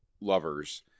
lovers